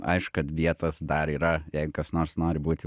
aišku kad vietos dar yra jeigu kas nors nori būti